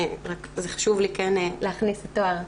רק חשוב לי כן להכניס את טוהר,